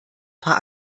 paar